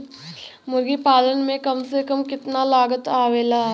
मुर्गी पालन में कम से कम कितना लागत आवेला?